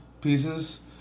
pieces